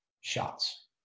shots